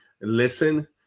listen